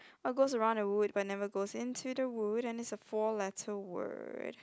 what goes around the wood but never goes into the wood and it's a four letter word